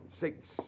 six